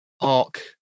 Arc